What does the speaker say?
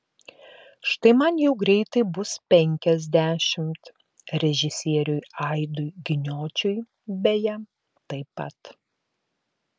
štai man jau greitai bus penkiasdešimt režisieriui aidui giniočiui beje taip pat